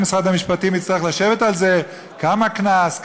ומשרד המשפטים יצטרך לשבת על זה: כמה קנס,